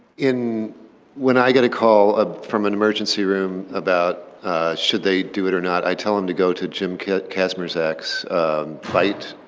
in when i get a call ah from an emergency room about should they do it or not, i tell them to go to jim kazmierczak's bite,